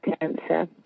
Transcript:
cancer